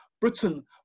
Britain